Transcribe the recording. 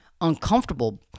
uncomfortable